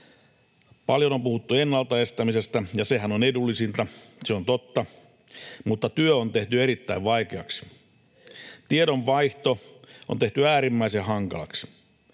Paljon on puhuttu ennalta estämisestä, ja sehän on edullisinta, se on totta, mutta työ on tehty erittäin vaikeaksi. Tiedonvaihto on tehty äärimmäisen hankalaksi.